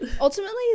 Ultimately